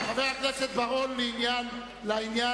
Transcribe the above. חבר הכנסת בר-און, לעניין.